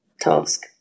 task